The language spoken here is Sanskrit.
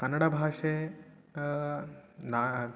कन्नडभाषा न